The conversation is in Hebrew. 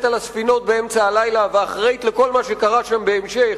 על הספינות באמצע הלילה ואחראית לכל מה שקרה שם בהמשך,